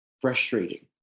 frustrating